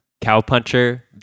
Cowpuncher